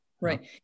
right